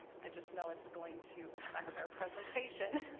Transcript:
i just know it's going to affect our presentation.